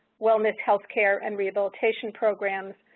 wellness healthcare and rehabilitation programs,